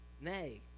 Nay